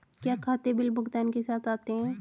क्या खाते बिल भुगतान के साथ आते हैं?